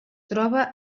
troba